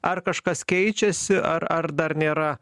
ar kažkas keičiasi ar ar dar nėra